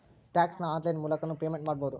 tax ನ online ಮೂಲಕನೂ payment ಮಾಡಬೌದು